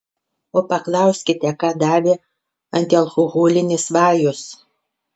o paklauskite ką davė antialkoholinis vajus